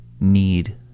need